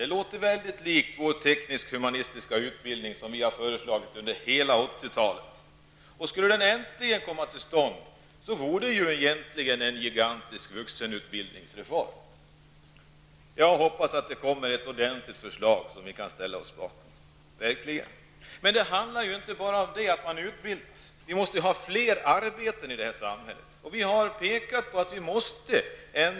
Det här liknar mycket våra förslag om en teknisk-humanistisk utbildning -- förslag som vi har lagt fram under hela 80-talet. Om den här utbildningen äntligen kommer till stånd, skulle det innebära en gigantisk vuxenutbildningsreform. Jag hoppas således på ett ordentligt förslag i den vägen, som vi verkligen kan ansluta oss till. Men det handlar inte bara om utbildning. Det behövs också fler arbetstillfällen i vårt samhälle.